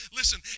listen